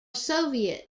soviet